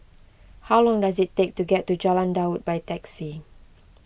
how long does it take to get to Jalan Daud by taxi